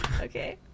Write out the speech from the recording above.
Okay